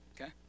okay